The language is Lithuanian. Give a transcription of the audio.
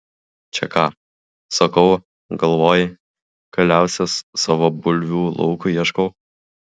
čia ką sakau galvojai kaliausės savo bulvių laukui ieškau